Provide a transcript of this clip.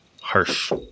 harsh